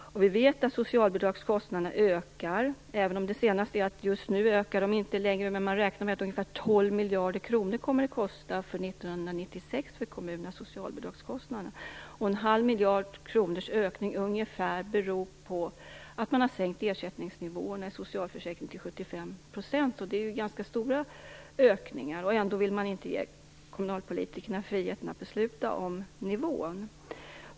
Vi vet att socialbidragskostnaderna ökar. Även om det senaste är att de just nu inte ökar längre räknar man med att kommunernas socialbidragskostnader för 1996 kommer att vara ungefär 12 miljarder kronor. Ungefär en halv miljard kronors ökning beror på att man sänkt ersättningsnivåerna i socialförsäkring till 75 %. Det är alltså ganska stora ökningar. Ändå vill man inte ge kommunalpolitikerna friheten att besluta om nivån.